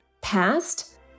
past